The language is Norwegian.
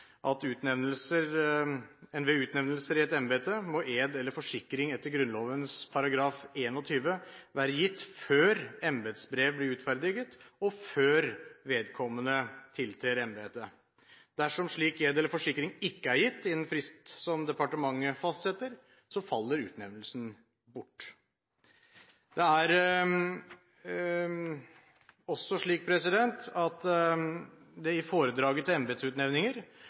i embete må ed eller forsikring etter Grunnloven § 21 være gitt før embetsbrev blir utferdiget og før vedkommende tiltrer embetet. Dersom ed eller forsikring ikke er gitt innen en frist som departementet fastsetter, faller utnevnelsen bort.» Det er også slik at det i foredraget til embetsutnevninger